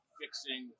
fixing